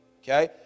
okay